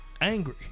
angry